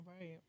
Right